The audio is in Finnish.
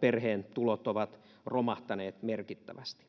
perheensä tulot ovat romahtaneet merkittävästi